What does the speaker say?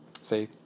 say